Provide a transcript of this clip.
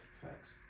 Facts